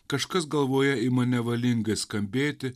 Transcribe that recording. kažkas galvoje ima nevalingai skambėti